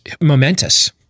momentous